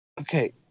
Okay